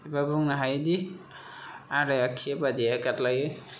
एबा बुंनो हायोदि आदाया खियो बाजैआ गाद्लायो